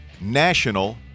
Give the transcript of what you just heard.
National